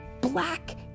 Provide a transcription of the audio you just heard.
black